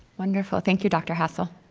wonderful. thank you dr. hassell.